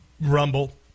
Rumble